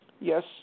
Yes